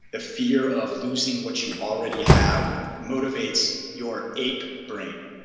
the fear of losing what you already have motivates your ape brain.